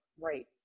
Right